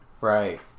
Right